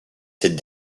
cette